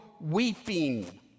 weeping